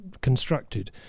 constructed